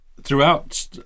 Throughout